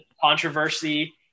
controversy